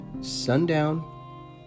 sundown